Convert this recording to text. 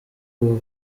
ubu